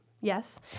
Yes